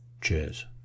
cheers